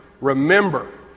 remember